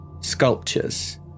sculptures